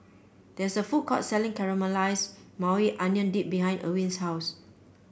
there is a food court selling Caramelized Maui Onion Dip behind Erwin's house